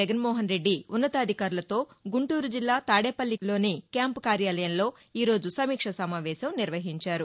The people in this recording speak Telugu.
జగన్మోహన్ రెడ్డి ఉన్నతాధికారులతో గుంటూరు జిల్లా తాదేపల్లిలోని క్యాంపు కార్యాలయంలో ఈరోజు సమీక్షా సమావేశం నిర్వహించారు